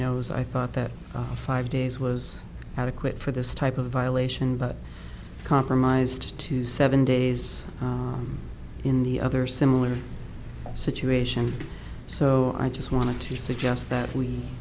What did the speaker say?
knows i thought that five days was adequate for this type of violation but compromised to seven days in the other similar situation so i just wanted to suggest that we